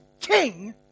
king